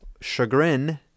chagrin